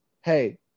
Hey